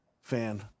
fan